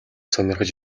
сонирхож